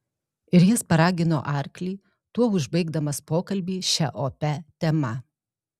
ir jis paragino arklį tuo užbaigdamas pokalbį šia opia tema